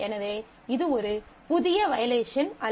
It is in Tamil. எனவே இது ஒரு புதிய வயலேஷன் அல்ல